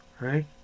right